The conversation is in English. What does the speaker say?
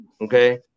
Okay